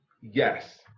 Yes